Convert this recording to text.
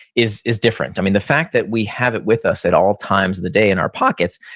is is different. i mean, the fact that we have it with us at all times of the day in our pockets,